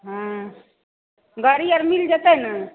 हँ गाड़ी आर मिल जेतै ने